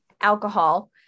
alcohol